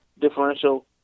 differential